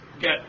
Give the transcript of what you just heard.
get